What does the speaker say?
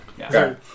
Okay